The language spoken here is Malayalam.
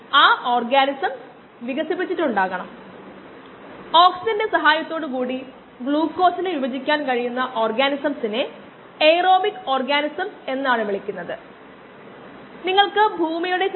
5 t ന് തുല്യമാണ് ln 2 എന്നത് 0